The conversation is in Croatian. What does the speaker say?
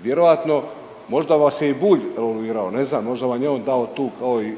Vjerojatno, možda vas je i Bulj evoluirao, ne znam, možda vam je on dao tu kao i